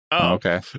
Okay